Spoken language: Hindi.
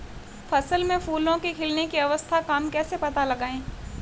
फसल में फूलों के खिलने की अवस्था का हम कैसे पता लगाएं?